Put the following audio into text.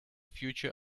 future